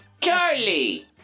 Charlie